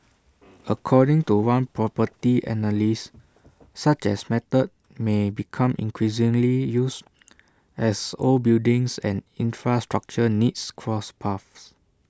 according to one property analyst such A method may become increasingly used as old buildings and infrastructural needs cross paths